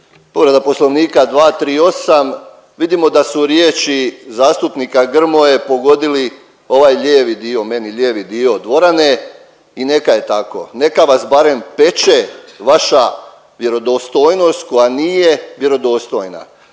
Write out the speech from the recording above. Povreda poslovnika 238., vidimo da su riječi zastupnika Grmoje pogodili ovaj lijevi dio meni lijevi dio dvorane i neka je tako, neka vas barem peče vaša vjerodostojnost koja nije vjerodostojna.